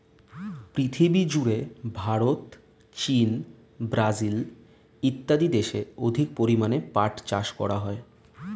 পৃথিবীজুড়ে ভারত, চীন, ব্রাজিল ইত্যাদি দেশে অধিক পরিমাণে পাট চাষ করা হয়